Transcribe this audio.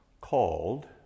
called